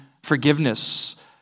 Forgiveness